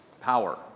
power